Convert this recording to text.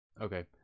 Okay